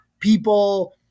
people